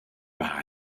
par